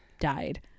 died